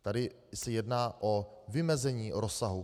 Tady se jedná o vymezení rozsahu.